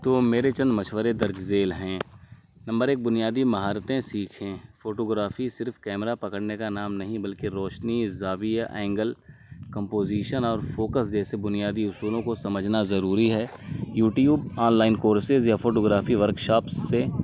تو میرے چند مشورے درج ذیل ہیں نمبر ایک بنیادی مہارتیں سیکھیں فوٹوگرافی صرف کیمرہ پکڑنے کا نام نہیں بلکہ روشنی زاویہ اینگل کمپوزیشن اور فوکس جیسے بنیادی اصولوں کو سمجھنا ضروری ہے یوٹیوب آن لائن کورسز یا فوٹوگرافی ورکشاپس سے